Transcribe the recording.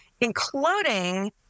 including